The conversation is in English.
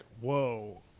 whoa